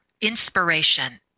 inspiration